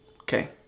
Okay